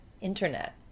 internet